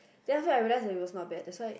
then after that I realise it was not bad that why